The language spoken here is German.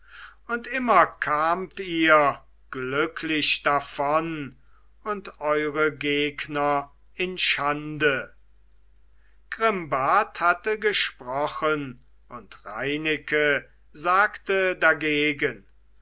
und immer kamt ihr glücklich davon und eure gegner in schande grimbart hatte gesprochen und reineke sagte dagegen